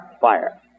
fire